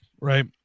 right